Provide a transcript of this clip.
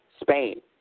Spain